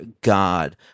God